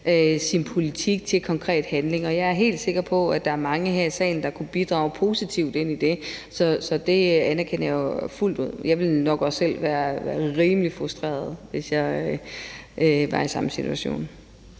sin politik til konkret handling. Og jeg er helt sikker på, at der er mange her i salen, der ville kunne bidrage positivt til det, så det anerkender jeg fuldt ud. Jeg ville nok også selv være rimelig frustreret, hvis jeg var i samme situation.